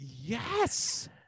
Yes